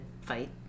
fight